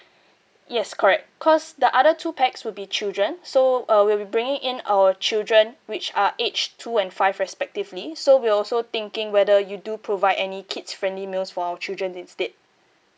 yes correct because the other two pax will be children so uh we'll be bringing in our children which are aged two and five respectively so we're also thinking whether you do provide any kids friendly meals for our children instead